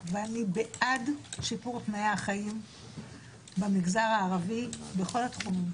ואני בעד שיפור תנאי החיים במגזר הערבי בכל התחומים.